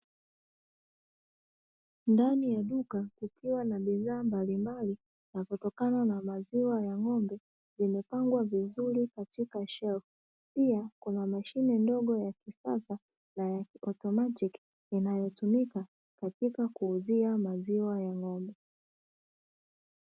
Ndani ya duka kukiwa na bidhaa mbalimbali za kutokana na maziwa ya ng'ombe zimepangwa vizuri katika shelfu. Pia kuna mashine ndogo ya kisasa na ya kiotomatiki inayotumika katika kuuzia maziwa ya ng'ombe.